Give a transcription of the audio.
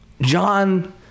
John